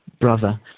brother